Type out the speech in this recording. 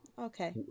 Okay